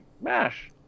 MASH